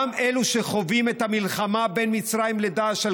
גם אלו שחווים את המלחמה בין מצרים לדאעש על